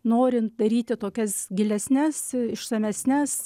norint daryti tokias gilesnes išsamesnes